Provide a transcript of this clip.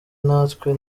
natwe